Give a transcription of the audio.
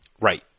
right